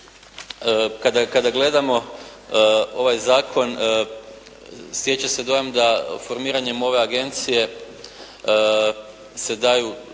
kada gledamo ovaj zakon stječe se dojam da formiranjem ove agencije se daju